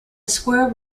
square